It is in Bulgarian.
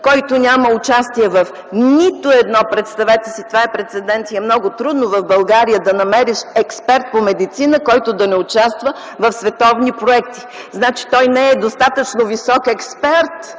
който няма участие в нито едно проучване, представете си! Това е прецедент и е много трудно в България да намериш експерт по медицина, който да не участва в световни проекти, значи той е недостатъчно висок експерт,